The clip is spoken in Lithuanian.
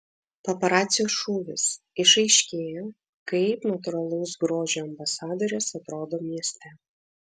paparacio šūvis išaiškėjo kaip natūralaus grožio ambasadorės atrodo mieste